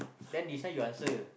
then this one you answer